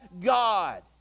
God